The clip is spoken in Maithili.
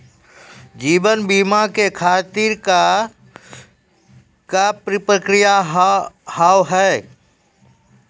जीवन बीमा के खातिर का का प्रक्रिया हाव हाय?